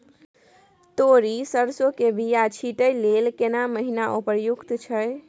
तोरी, सरसो के बीया छींटै लेल केना महीना उपयुक्त छै?